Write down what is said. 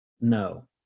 No